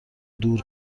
دور